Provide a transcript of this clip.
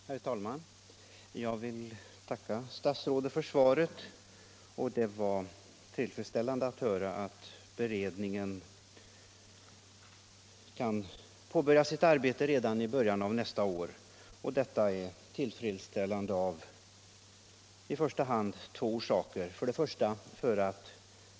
Herr talman! Jag vill tacka statsrådet för svaret. Det var tillfredsställande att höra att beredningen kan starta sitt arbete redan i början av nästa år.